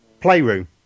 Playroom